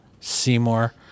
Seymour